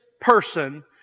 person